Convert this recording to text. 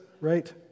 right